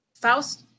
Faust